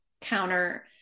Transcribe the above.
counter